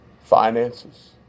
finances